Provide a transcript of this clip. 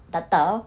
tak tahu